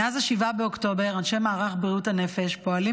מאז 7 באוקטובר אנשי מערך בריאות הנפש פועלים